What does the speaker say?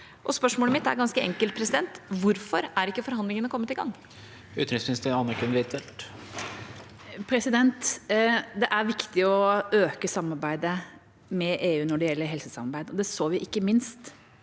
Spørsmålet mitt er, ganske enkelt: Hvorfor er ikke forhandlingene kommet i gang? Utenriksminister Anniken Huitfeldt Det er viktig å øke samarbeidet med EU når det gjelder helsesamarbeid, og det så vi ikke minst